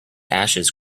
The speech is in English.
ashes